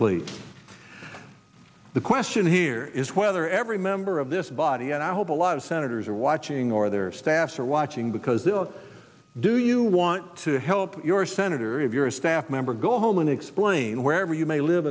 please the question here is whether every member of this body and i hope a lot of senators are watching or their staffs are watching because they will do you want to help your senator if you're a staff member go home and explain where you may live